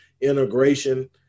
integration